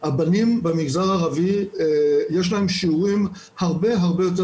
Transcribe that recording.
לבנים במגזר הערבי יש שיעורים הרבה הרבה יותר